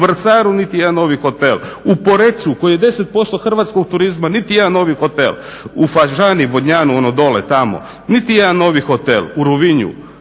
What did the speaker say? u Vrsaru niti jedan novi hotel, u Poreču koji je 10% hrvatskog turizma niti jedan novi hotel, u Fažani, Vodnjanju ono dolje tamo niti jedan novi hotel, u Rovinju